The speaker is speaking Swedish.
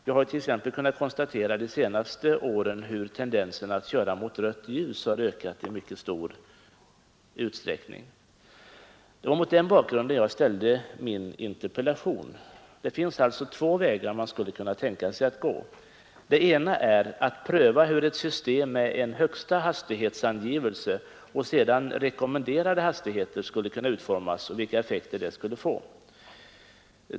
Vi har t.ex. under de senaste åren kunnat konstatera hur tendensen att köra mot rött ljus har ökat i mycket stor utsträckning. Det var mot den bakgrunden som jag ställde min interpellation. Det finns två vägar man skulle kunna tänka sig att gå. Den ena är att pröva hur ett system med en högsta hastighetsangivelse och sedan rekommenderade hastigheter skulle utformas och vilka effekter det skulle få.